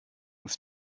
with